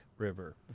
River